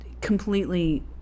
completely